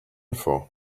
for